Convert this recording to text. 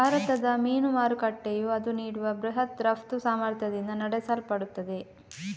ಭಾರತದ ಮೀನು ಮಾರುಕಟ್ಟೆಯು ಅದು ನೀಡುವ ಬೃಹತ್ ರಫ್ತು ಸಾಮರ್ಥ್ಯದಿಂದ ನಡೆಸಲ್ಪಡುತ್ತದೆ